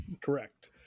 Correct